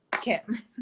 Kim